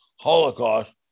Holocaust